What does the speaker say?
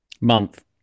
Month